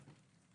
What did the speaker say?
בסדר גמור.